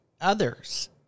others